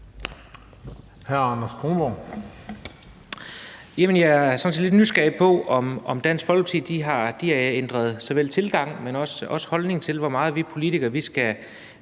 Jeg er sådan set lidt nysgerrig på, om Dansk Folkeparti har ændret ikke bare tilgang, men også en holdning til, hvor meget vi politikere skal